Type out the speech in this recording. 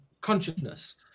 consciousness